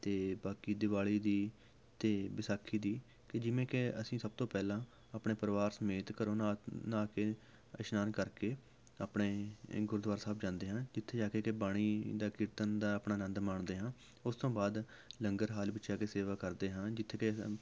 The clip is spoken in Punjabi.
ਅਤੇ ਬਾਕੀ ਦੀਵਾਲੀ ਦੀ ਅਤੇ ਵਿਸਾਖੀ ਦੀ ਕਿ ਜਿਵੇਂ ਕਿ ਅਸੀਂ ਸਭ ਤੋਂ ਪਹਿਲਾਂ ਆਪਣੇ ਪਰਿਵਾਰ ਸਮੇਤ ਘਰੋਂ ਨਹਾ ਨਹਾ ਕੇ ਇਸ਼ਨਾਨ ਕਰਕੇ ਆਪਣੇ ਗੁਰਦੁਆਰਾ ਸਾਹਿਬ ਜਾਂਦੇ ਹਾਂ ਉੱਥੇ ਜਾ ਕੇ ਕੇ ਬਾਣੀ ਦਾ ਕੀਰਤਨ ਦਾ ਆਪਣਾ ਅਨੰਦ ਮਾਣਦੇ ਹਾਂ ਉਸ ਤੋਂ ਬਾਅਦ ਲੰਗਰ ਹਾਲ ਵਿੱਚ ਜਾ ਕੇ ਸੇਵਾ ਕਰਦੇ ਹਾਂ ਜਿੱਥੇ ਕਿ